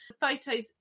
photos